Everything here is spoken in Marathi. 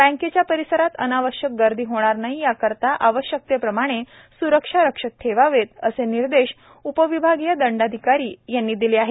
बँकेच्या परिसरात अनावश्यक गर्दी होणार नाही याकरिता आवश्यकतेप्रमाणे सुरक्षा रक्षक ठेवावेत असे निर्देश उपविभागीय दंडाधिकारी यांनी दिले आहेत